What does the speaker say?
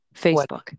Facebook